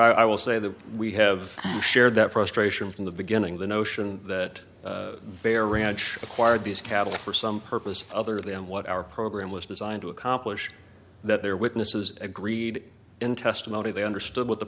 r i will say that we have shared that frustration from the beginning the notion that they are ranch where these cattle for some purpose for them what our program was designed to accomplish that their witnesses agreed in testimony they understood what the